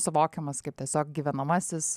suvokiamas kaip tiesiog gyvenamasis